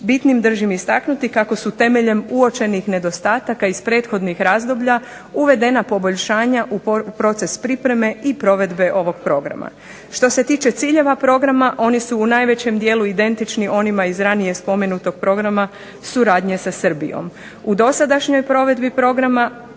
Bitnim držim istaknuti kako su temeljem uočenih nedostataka iz prethodnih razdoblja uvedena poboljšanja u proces pripreme i provedbe ovog programa. Što se tiče ciljeva programa, oni su u najvećem dijelu identični onima iz ranije spomenutog programa suradnje sa Srbijom. U dosadašnjoj provedbi programa,